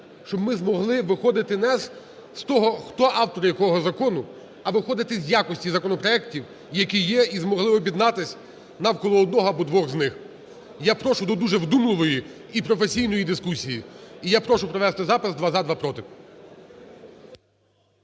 Щоб ми змогли виходити не з того, хто автор якого закону, а виходити з якості законопроектів, які є, і змогли б об'єднатися навколо одного або двох з них, я прошу до дуже вдумливої і професійної дискусії. І я прошу провести запис: два – за, два – проти.